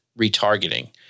retargeting